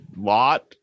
Lot